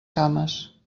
cames